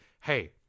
hey